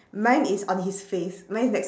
mine is on his face mine is next